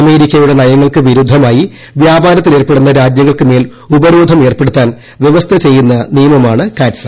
അമേരിക്കയുടെ നയങ്ങൾക്ക് വിരുദ്ധമായി വ്യാപാരബന്ധത്തിലേർപ്പെടുന്ന രാജ്യങ്ങൾക്ക് മേൽ ഉപരോധം ഏർപ്പെടുത്താൻ വൃവസ്ഥ ചെയ്യുന്ന നിയമമാണ് കാറ്റ്സ